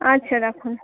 আচ্ছা রাখুন